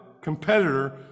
competitor